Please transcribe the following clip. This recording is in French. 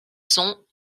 sont